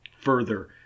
further